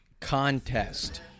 Contest